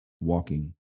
walking